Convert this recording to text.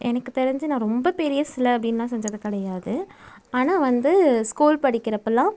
எனக்கு தெரிஞ்சு நான் ரொம்ப பெரிய சிலை அப்படின்லாம் செஞ்சது கிடையாது ஆனால் வந்து ஸ்கூல் படிக்கிறப்பலாம்